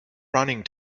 running